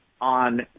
on